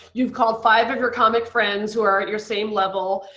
you've called five of your comic friends who are at your same level,